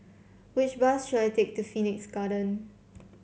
which bus should I take to Phoenix Garden